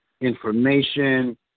information